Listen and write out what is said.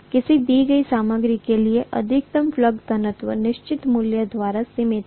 किसी दी गई सामग्री के लिए अधिकतम फ्लक्स घनत्व निश्चित मूल्य द्वारा सीमित है